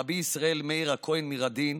רבי ישראל מאיר הכהן מראדין,